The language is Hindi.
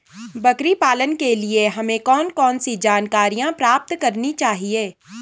बकरी पालन के लिए हमें कौन कौन सी जानकारियां प्राप्त करनी चाहिए?